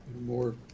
more